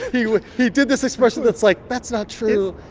he like he did this expression that's like, that's not true.